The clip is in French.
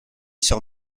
sur